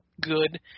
good